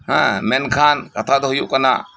ᱦᱮᱸ ᱢᱮᱱᱠᱷᱟᱱ ᱠᱟᱛᱷᱟ ᱫᱚ ᱦᱳᱭᱳᱜ ᱠᱟᱱᱟ